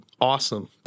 awesome